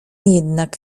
jednak